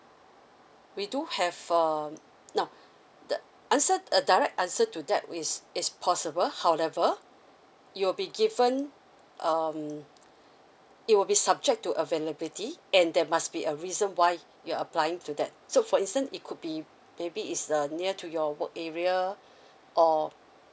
we do have um now the answer a direct answer to that is it's possible however you will be given um it will be subject to availability and there must be a reason why you're applying to that so for instant it could be maybe it's err near to your work area or